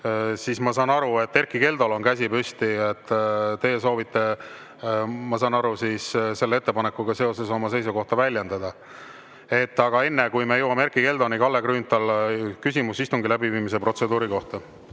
siis ma saan aru, et Erkki Keldol on käsi püsti. Teie, [Erkki Keldo], soovite, ma saan aru, selle ettepanekuga seoses oma seisukohta väljendada. Aga enne, kui me jõuame Erkki Keldoni, Kalle Grünthal, küsimus istungi läbiviimise protseduuri kohta.